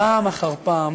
פעם אחר פעם